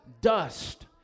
Dust